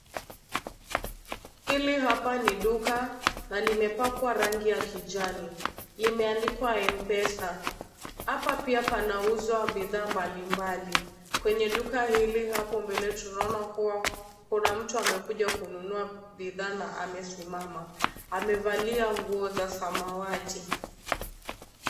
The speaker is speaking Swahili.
Hili hapa ni duka na limepakwa rangi ya kijani limeandikwa M-pesa. Hapa pia panauzwa bidhaa mbalimbali. Kwenye duka hili hapo mbele tunaona kuna mtu amekuja kununua bidhaa na amesimama, amevalia nguo za samawati.